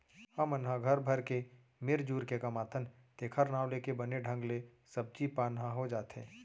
हमन ह घर भर के मिरजुर के कमाथन तेखर नांव लेके बने ढंग ले सब्जी पान ह हो जाथे